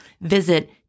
Visit